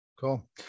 Cool